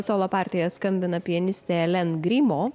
solo partiją skambina pianistė len grimo